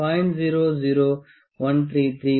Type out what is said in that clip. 4 mm 0